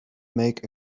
make